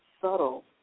subtle